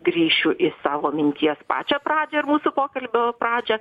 grįšiu į savo minties pačią pradžią ir mūsų pokalbio pradžią